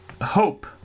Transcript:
hope